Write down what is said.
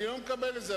אני לא מקבל את זה,